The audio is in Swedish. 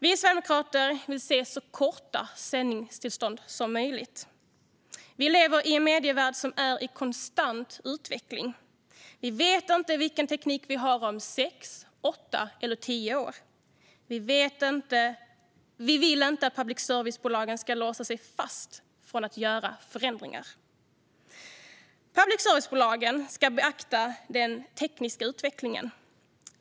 Vi sverigedemokrater vill se så korta sändningstillstånd som möjligt. Vi lever i en medievärld som är i konstant utveckling. Vi vet inte vilken teknik vi har om sex, åtta eller tio år. Vi vill inte att public service-bolagen ska låsa sig fast från att göra förändringar. Public service-bolagen ska beakta den tekniska utvecklingen.